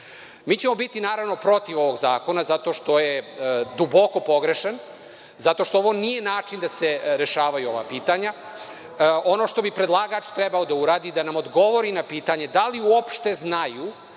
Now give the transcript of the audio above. ćemo biti, naravno, protiv ovog zakona zato što je duboko pogrešan, zato što ovo nije način da se rešavaju ova pitanja. Ono što bi predlagač trebao da uradi jeste da nam odgovori na pitanje – da li uopšte znaju